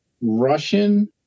Russian